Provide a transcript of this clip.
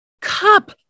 cup